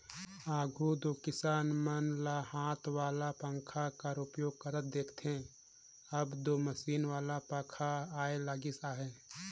आघु दो किसान मन ल हाथ वाला पंखा कर उपयोग करत देखथे, अब दो मसीन वाला पखा आए लगिस अहे